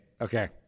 Okay